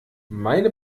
meine